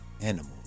animals